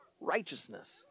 righteousness